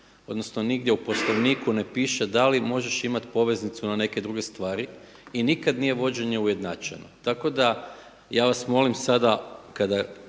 odnosno nigdje u Poslovniku ne piše da li možeš imati poveznicu na neke druge stvari i nikada nije vođenje ujednačeno. Tako da ja vas molim sada kada